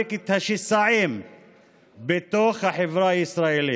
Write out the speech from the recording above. להעמיק את השסעים בתוך החברה הישראלית,